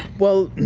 well,